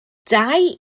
dau